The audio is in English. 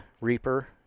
Reaper